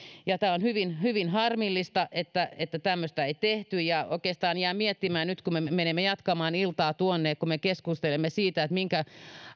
on hyvin hyvin harmillista että että tämmöistä ei tehty ja oikeastaan jään miettimään nyt kun me me menemme jatkamaan iltaa tuonne kun me keskustelemme siitä minkä